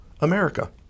America